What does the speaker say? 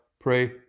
pray